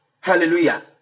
Hallelujah